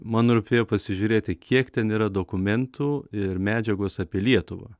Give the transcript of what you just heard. man rūpėjo pasižiūrėti kiek ten yra dokumėntų ir medžiagos apie lietuvą